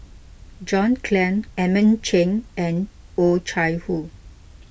John Clang Edmund Cheng and Oh Chai Hoo